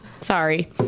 Sorry